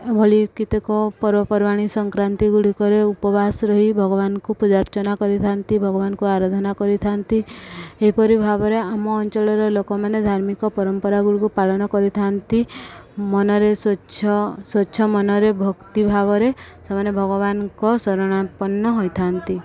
ଭଳି କେତେକ ପର୍ବପର୍ବାଣି ସଂକ୍ରାନ୍ତି ଗୁଡ଼ିକରେ ଉପବାସ ରହି ଭଗବାନଙ୍କୁ ପୂଜା ଅର୍ଚ୍ଚନା କରିଥାନ୍ତି ଭଗବାନଙ୍କୁ ଆରାଧନା କରିଥାନ୍ତି ଏହିପରି ଭାବରେ ଆମ ଅଞ୍ଚଳର ଲୋକମାନେ ଧାର୍ମିକ ପରମ୍ପରା ଗୁଡ଼ିକୁ ପାଳନ କରିଥାନ୍ତି ମନରେ ସ୍ୱଚ୍ଛ ସ୍ୱଚ୍ଛ ମନରେ ଭକ୍ତି ଭାବରେ ସେମାନେ ଭଗବାନଙ୍କ ଶରଣାପନ୍ନ ହୋଇଥାନ୍ତି